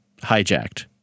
hijacked